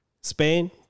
Spain